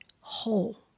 whole